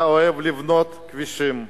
אתה אוהב לבנות כבישים,